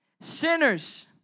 Sinners